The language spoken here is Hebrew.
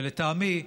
ולטעמי,